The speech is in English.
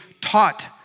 taught